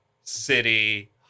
city